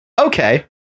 Okay